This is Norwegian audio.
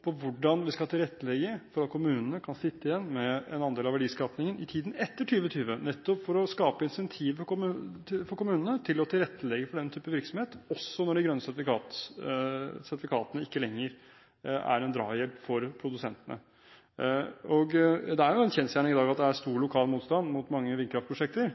på hvordan vi skal tilrettelegge for at kommunene kan sitte igjen med en andel av verdiskapingen i tiden etter 2020, nettopp for å skape incentiver for kommunene til å tilrettelegge for den type virksomhet, også når de grønne sertifikatene ikke lenger er en drahjelp for produsentene. Det er en kjensgjerning i dag at det er stor lokal motstand mot mange vindkraftprosjekter,